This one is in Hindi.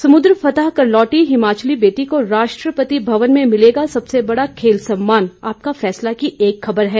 समुद्र फतह कर लौटी हिमाचली बेटी को राष्ट्रपति भवन में मिलेगा सबसे बड़ा खेल सम्मान आपका फैसला की एक खबर है